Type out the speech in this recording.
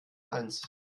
eins